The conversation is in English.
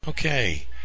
Okay